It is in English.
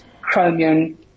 chromium